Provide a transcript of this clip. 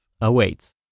awaits